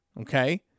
Okay